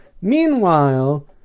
Meanwhile